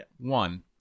One